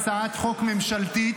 הצעת חוק ממשלתית,